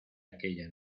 aquella